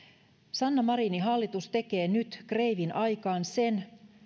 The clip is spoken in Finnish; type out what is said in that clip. sanna marinin hallitus tekee nyt kreivin aikaan sen